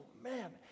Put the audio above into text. man